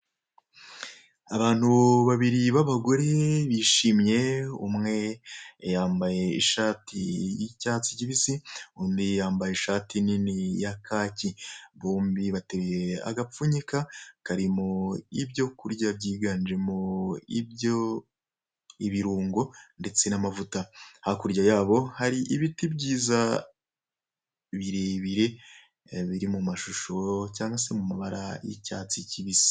Abantu baibiri b'abagore bishimye umwe yambaye ishati y'icyatsi cyibisi, undi yambaye ishati nini ya kaki, bombi bateruye agapfunyika karimo ibyo kurya byiganjemo ibirungo ndetse n'amavuta, hakurya yabo hari ibiti byiza birebire biri mu mashusho cyangwa se mu mabara y'icyatsi cyibisi.